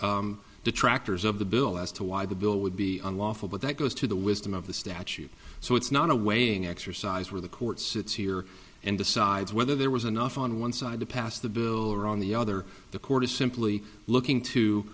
lee's detractors of the bill as to why the bill would be unlawful but that goes to the wisdom of the statute so it's not a waiting exercise where the courts it's here and decides whether there was enough on one side to pass the bill or on the other the court is simply looking to